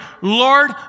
Lord